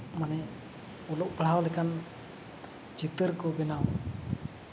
ᱢᱟᱱᱮ ᱚᱞᱚᱜ ᱯᱟᱲᱦᱟᱣ ᱞᱮᱠᱟᱱ ᱪᱤᱛᱟᱹᱨ ᱠᱚ ᱵᱮᱱᱟᱣ